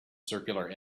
circular